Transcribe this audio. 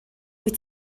wyt